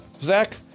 Zach